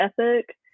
ethic